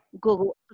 Google